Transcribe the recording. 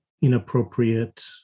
inappropriate